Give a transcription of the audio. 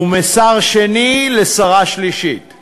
ומשר שני לשרה שלישית,